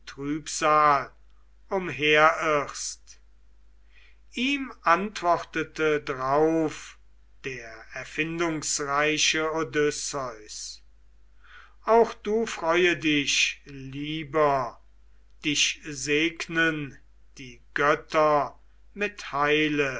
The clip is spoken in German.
trübsal umherirrst ihm antwortete drauf der erfindungsreiche odysseus auch du freue dich lieber dich segnen die götter mit heile